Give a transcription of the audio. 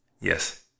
Yes